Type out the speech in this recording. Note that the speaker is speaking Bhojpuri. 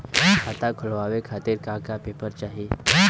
खाता खोलवाव खातिर का का पेपर चाही?